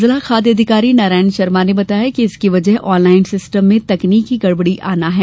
जिला खाद्य अधिकारी नारायण शर्मा ने बताया कि इसकी वजह ऑनलाइन सिस्टम में तकनीकी गड़बड़ी आना है